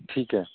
ਠੀਕ ਹੈ